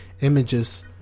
images